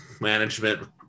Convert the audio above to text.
management